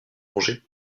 congé